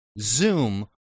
Zoom